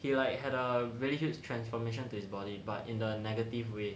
he like had a really huge transformation to his body but in a negative way